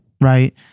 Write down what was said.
right